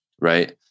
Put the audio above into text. right